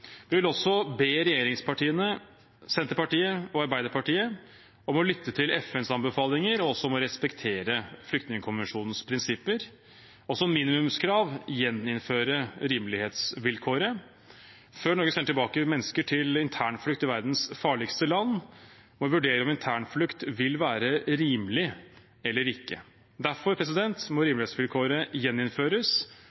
Vi vil også be regjeringspartiene, samt Senterpartiet og Arbeiderpartiet, om å lytte til FNs anbefalinger og om å respektere flyktningkonvensjonens prinsipper, og som minimumskrav gjeninnføre rimelighetsvilkåret. Før Norge sender tilbake mennesker til internflukt i verdens farligste land, må vi vurdere om internflukt vil være rimelig eller ikke. Derfor må rimelighetsvilkåret gjeninnføres, og Norge må